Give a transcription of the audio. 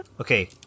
Okay